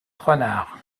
renards